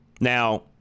Now